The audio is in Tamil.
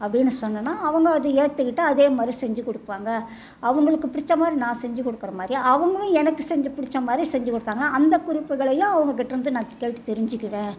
அப்படின்னு சொன்னேன்னா அவங்க அதை ஏற்றுக்கிட்டு அதே மாதிரி செஞ்சுக்கொடுப்பாங்க அவங்களுக்கு புடித்த மாதிரி நான் செஞ்சு கொடுக்குற மாதிரி அவங்களும் எனக்கு செஞ்சு பிடிச்சா மாதிரி செஞ்சு கொடுத்தாங்கன்னா அந்த குறிப்புகளையும் அவங்கக்கிட்டருந்து நான் கேட்டு தெரிஞ்சுக்குவேன்